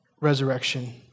resurrection